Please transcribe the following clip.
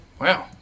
Wow